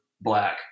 black